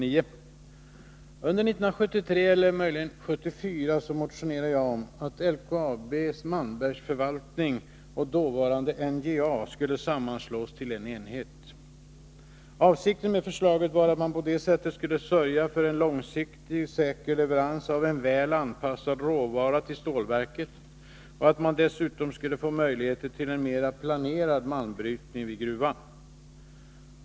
Under 1973, eller möjligen 1974, motionerade jag om att LKAB:s Malmbergsförvaltning och dåvarande NJA skulle sammanslås till en enhet. Avsikten med förslaget var att man på detta sätt skulle sörja för en långsiktig, säker leverans av en väl anpassad råvara till stålverket och att man dessutom skulle få möjligheter till en mera planerad malmbrytning vid gruvan.